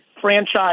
franchise